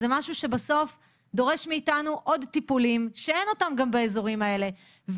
זה משהו שבסוף דורש מאתנו עוד טיפולים שאין אותם גם באזורים האלה,